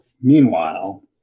Meanwhile